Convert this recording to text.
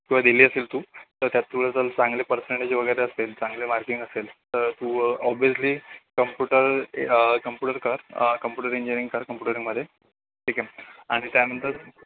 किंवा दिली असेल तू तर त्यात तुला जर चांगले पर्सेंटेज वगैरे असेल चांगले मार्किंग असेल तर तू ओबवियस्ली कंप्युटर कंप्युटर कर कंप्युटर इंजिनीयरिंग कर कंप्युटरमध्ये ठीक आहे आणि त्यानंतर